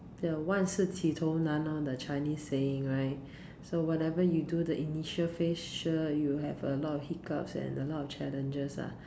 the 万事起头难 lor the Chinese saying right so whatever you do the initial phase sure you will have a lot of hiccups and a lot of challenges lah